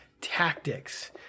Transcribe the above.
tactics